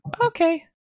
okay